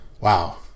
wow